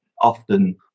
often